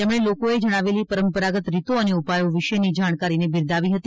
તેમણે લોકોએ જણાવેલી પરંપરાગત રીતો અને ઉપાયો વિશેની જાણકારીને બિરદાવી હતી